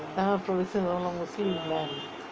ah provision all muslim lah